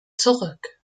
zurück